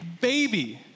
baby